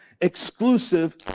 exclusive